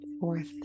Fourth